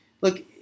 look